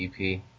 EP